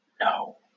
No